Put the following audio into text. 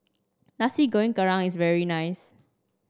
Nasi Goreng Gerang is very nice